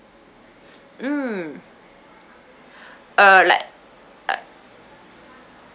mm uh like